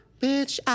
bitch